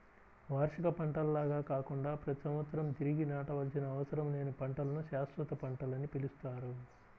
వార్షిక పంటల్లాగా కాకుండా ప్రతి సంవత్సరం తిరిగి నాటవలసిన అవసరం లేని పంటలను శాశ్వత పంటలని పిలుస్తారు